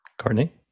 Courtney